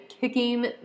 kicking